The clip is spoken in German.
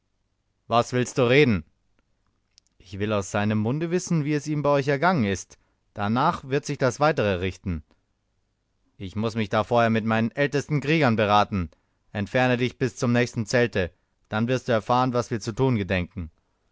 was willst du reden ich will aus seinem munde wissen wie es ihm bei euch ergangen ist danach wird sich das weitere richten ich muß mich da vorher mit meinen ältesten kriegern beraten entferne dich bis zum nächsten zelte dann wirst du erfahren was wir zu tun gedenken